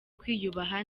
kwiyubaha